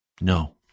no